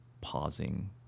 pausing